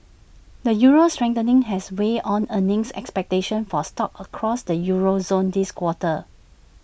the euro's strengthening has weighed on earnings expectations for stocks across the euro zone this quarter